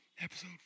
episode